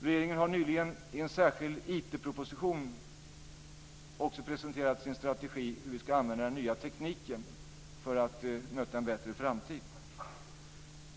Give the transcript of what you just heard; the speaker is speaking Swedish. Regeringen har nyligen i en särskild IT proposition också presenterat sin strategi för hur vi ska använda den nya tekniken för att möta en bättre framtid.